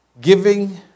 giving